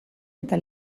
eta